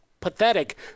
pathetic